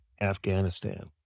Afghanistan